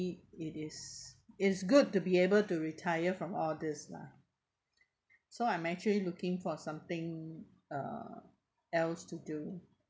it it is it's good to be able to retire from all these lah so I'm actually looking for something uh else to do